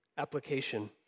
application